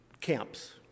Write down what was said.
camps